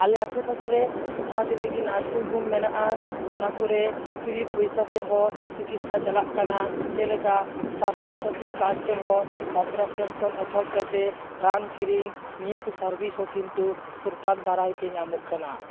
ᱟᱞᱮ ᱟᱥᱮ ᱯᱟᱥᱮᱨᱮ ᱡᱟᱦᱟᱸ ᱛᱤᱱᱟᱜ ᱜᱮ ᱱᱟᱨᱥᱤᱝ ᱦᱳᱢ ᱢᱮᱱᱟᱜᱼᱟ ᱚᱱᱟ ᱠᱚᱨᱮ ᱯᱷᱤᱨᱤ ᱯᱚᱭᱥᱟ ᱛᱮᱦᱚᱸ ᱪᱤᱠᱤᱥᱟ ᱪᱟᱞᱟᱜ ᱠᱟᱱᱟ ᱪᱮᱫ ᱞᱮᱠᱟ ᱥᱟᱥᱛᱷᱚᱥᱟᱛᱷᱤ ᱠᱟᱨᱰ ᱛᱮᱦᱚᱸ ᱳᱯᱟᱨᱮᱥᱮᱱ ᱠᱷᱚᱱ ᱮᱛᱚᱦᱚᱵ ᱠᱟᱛᱮ ᱨᱟᱱ ᱠᱤᱨᱤᱧ ᱱᱤᱭᱟᱹ ᱠᱚ ᱥᱟᱨᱵᱷᱤᱥ ᱦᱚᱸ ᱠᱤᱱᱛᱩ ᱥᱟᱨᱠᱟᱨ ᱫᱟᱨᱟᱭ ᱛᱮ ᱧᱟᱢᱚᱜ ᱠᱟᱱᱟ